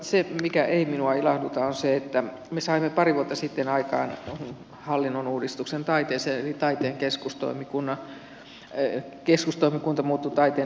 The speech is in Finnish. se mikä ei minua ilahduta on se että me saimme pari vuotta sitten aikaan hallinnonuudistuksen taiteeseen eli taiteen keskustoimikunta muuttui taiteen edistämiskeskukseksi